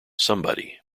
somebody